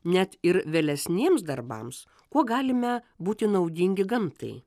net ir vėlesniems darbams kuo galime būti naudingi gamtai